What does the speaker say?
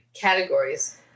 categories